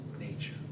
nature